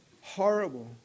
horrible